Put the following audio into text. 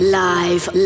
live